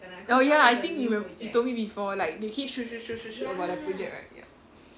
orh ya I think you rememb~ you told me before like before like they keep shoot shoot shoot shoot shoot about the project right ya